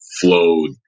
flowed